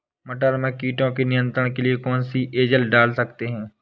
मटर में कीटों के नियंत्रण के लिए कौन सी एजल डाल सकते हैं?